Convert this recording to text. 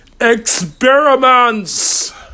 experiments